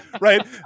right